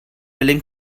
willing